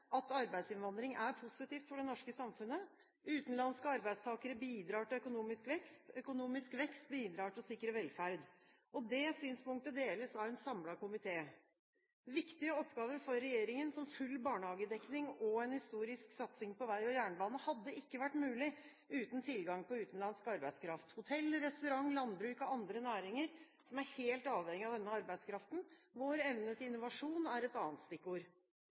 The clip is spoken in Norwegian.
at arbeidsinnvandring er positivt for det norske samfunnet. Utenlandske arbeidstakere bidrar til økonomisk vekst. Økonomisk vekst bidrar til å sikre velferd. Det synspunktet deles av en samlet komité. Viktige oppgaver for regjeringen, som full barnehagedekning og en historisk satsing på vei og jernbane, hadde ikke vært mulig uten tilgang på utenlandsk arbeidskraft. Hotell- og restaurantnæringen og landbruket er andre næringer som er helt avhengige av denne arbeidskraften. Vår evne til innovasjon er et annet stikkord.